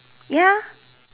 ya